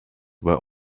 were